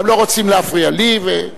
הם לא רוצים להפריע לי.